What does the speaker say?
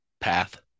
path